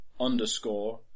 underscore